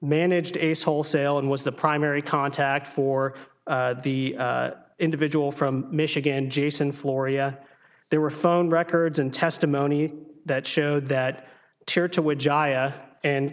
managed is wholesale and was the primary contact for the individual from michigan jason floria there were phone records and testimony that showed